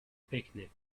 picnic